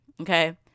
Okay